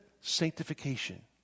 sanctification